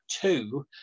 two